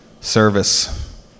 service